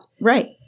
Right